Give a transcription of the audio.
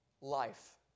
life